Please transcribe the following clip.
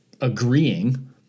agreeing